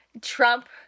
Trump